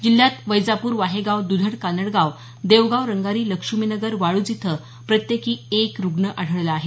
जिल्ह्यात वैजापुर वाहेगाव दुधड कानडगांव देवगांव रंगारी लक्ष्मीनगर वाळुज इथं प्रत्येकी एक रुग्ण आढळला आहे